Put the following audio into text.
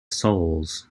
souls